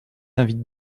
invite